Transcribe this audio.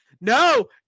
No